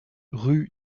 rue